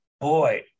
boy